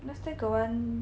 last time got one